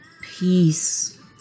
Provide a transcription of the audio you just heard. Peace